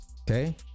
okay